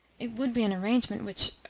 it would be an arrangement which,